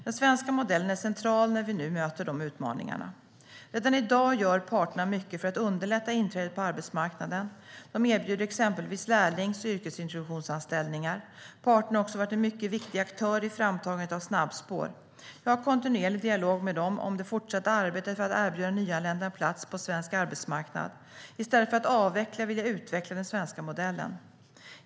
Den svenska modellen är central när vi nu möter de utmaningarna. Redan i dag gör parterna mycket för att underlätta inträdet på arbetsmarknaden. De erbjuder exempelvis lärlings och yrkesintroduktionsanställningar. Parterna har också varit en mycket viktig aktör i framtagandet av snabbspår. Jag har kontinuerlig dialog med dem om det fortsatta arbetet för att erbjuda nyanlända en plats på svensk arbetsmarknad. I stället för att avveckla vill jag utveckla den svenska modellen.